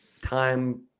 time